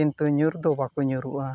ᱠᱤᱱᱛᱩ ᱧᱩᱨᱫᱚ ᱵᱟᱠᱚ ᱧᱩᱨᱩᱜᱼᱟ